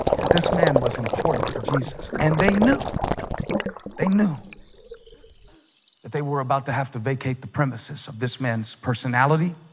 that this man was important to jesus and they knew they knew that they were about to have to vacate the premises of this man's personality